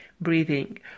breathing